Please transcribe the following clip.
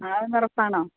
ആണെന്ന് ഉറപ്പാണോ